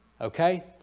Okay